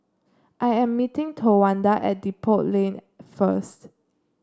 I am meeting Towanda at Depot Lane first